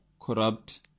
corrupt